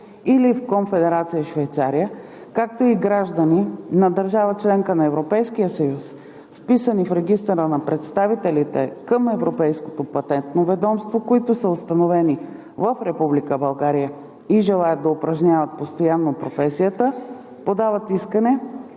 или в Конфедерация Швейцария, както и граждани на държава – членка на ЕС, вписани в Регистъра на представителите към Европейското патентно ведомство, които са установени в Република България и желаят да упражняват постоянно професията, подават искане